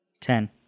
Ten